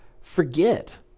forget